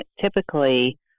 typically